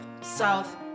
South